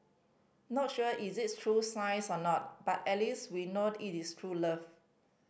not sure is it true science or not but at least we know it is true love